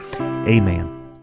Amen